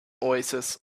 oasis